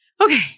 Okay